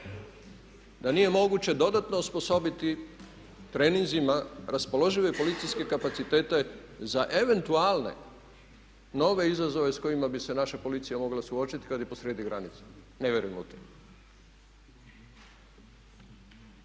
da nije moguće dodatno osposobiti treninzima raspoložive policijske kapacitete za eventualne nove izazove sa kojima bi se naša policija mogla suočiti kad je posrijedi granica. Ne vjerujem u to.